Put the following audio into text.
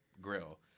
grill